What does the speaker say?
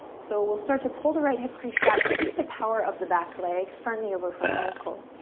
so we'll start to pull the right hip crease back. keep the power of the back leg. front knee over front ankle,